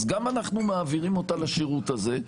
אז גם אנחנו מעבירים אותה לשירות הזה,